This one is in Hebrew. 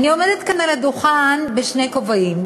אני עומדת כאן על הדוכן בשני כובעים,